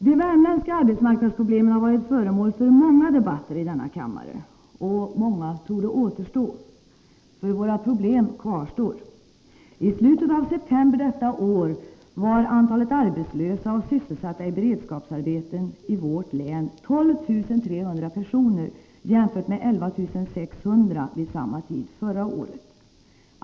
De värmländska arbetsmarknadsproblemen har varit föremål för många debatter i denna kammare och många torde återstå, för våra problem kvarstår. I slutet av september detta år var antalet arbetslösa och sysselsatta i beredskapsarbeten i vårt län 12 300 personer jämfört med 11 600 vid samma tid förra året.